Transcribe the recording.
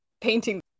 painting